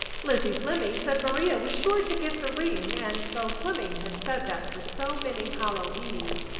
lizzie fleming said maria was sure to get the ring and, though fleming had said that for so many hallow eves,